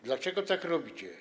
Dlaczego tak robicie?